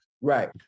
Right